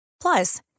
Plus